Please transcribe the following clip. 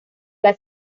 las